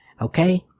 Okay